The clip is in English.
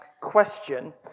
question